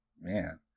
Man